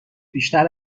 بیشتر